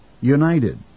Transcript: united